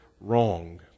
wrong